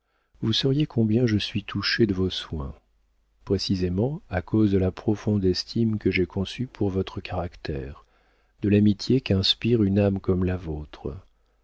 vous sauriez combien je suis touchée de vos soins précisément à cause de la profonde estime que j'ai conçue pour votre caractère de l'amitié qu'inspire une âme comme la vôtre